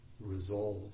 Resolve